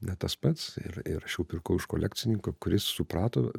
ne tas pats ir ir aš jau pirkau iš kolekcininkų kuris suprato